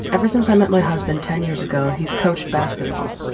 ever since i met my husband ten years ago, he's coached basketball.